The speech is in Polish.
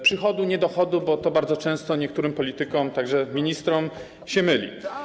Przychodu, nie dochodu, bo to bardzo często niektórym politykom, także ministrom, się myli.